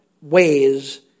ways